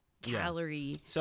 calorie